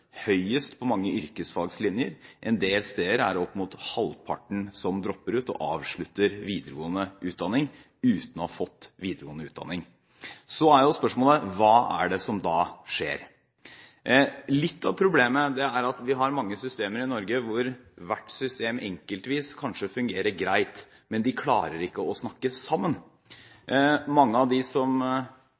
høyest på mange yrkesfagslinjer. En del steder er det opp mot halvparten som dropper ut og avslutter videregående utdanning uten å ha fått videregående utdanning. Så er spørsmålet: Hva er det som skjer da? Litt av problemet er at vi har mange systemer i Norge hvor hvert system enkeltvis kanskje fungerer greit, men de klarer ikke å snakke sammen. Mange av dem som